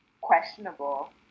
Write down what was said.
questionable